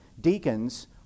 deacons